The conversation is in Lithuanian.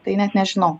tai net nežinau